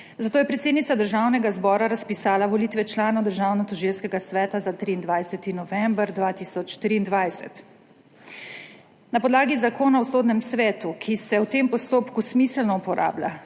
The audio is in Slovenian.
zato je predsednica Državnega zbora razpisala volitve članov Državnotožilskega sveta za 23. november 2023. Na podlagi Zakona o sodnem svetu, ki se v tem postopku smiselno uporablja,